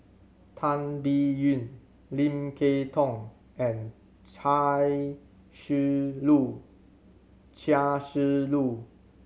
Tan Biyun Lim Kay Tong and Chia Shi Lu